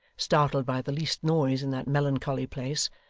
startled by the least noise in that melancholy place,